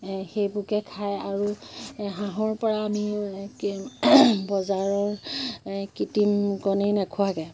সেইবোৰকে খায় আৰু হাঁহৰ পৰা আমি বজাৰৰ কৃত্ৰিম কণী নোখোৱাকৈ